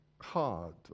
hard